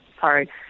sorry